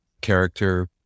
character